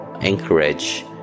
encourage